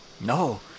No